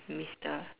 mister